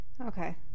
okay